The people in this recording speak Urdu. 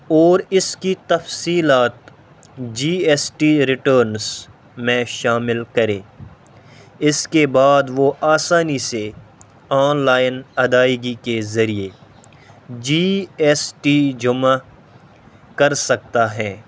اور اس کی تفصیلات جی ایس ٹی ریٹرنس میں شامل کرے اس کے بعد وہ آسانی سے آنلائن ادائیگی کے ذریعے جی ایس ٹی جمع کر سکتا ہے